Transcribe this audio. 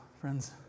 friends